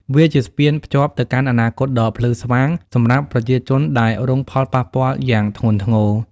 វាជាស្ពានភ្ជាប់ទៅកាន់អនាគតដ៏ភ្លឺស្វាងសម្រាប់ប្រជាជនដែលរងផលប៉ះពាល់យ៉ាងធ្ងន់ធ្ងរ។